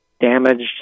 damaged